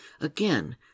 Again